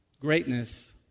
greatness